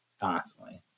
Constantly